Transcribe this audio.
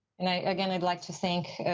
and again i'd like to thank